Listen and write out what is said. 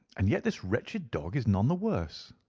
and yet this wretched dog is none the worse.